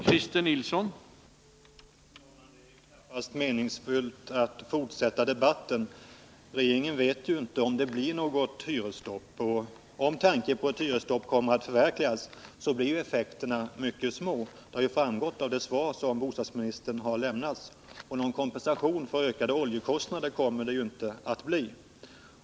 Herr talman! Det är knappast meningsfullt att fortsätta debatten. Regeringen vet ju inte om det blir något hyresstopp, och om tanken på hyresstopp kommer att förverkligas blir effekterna mycket små; det har framgått av det svar som bostadsministern har lämnat. Någon kompensation för ökade oljekostnader kommer det inte att bli.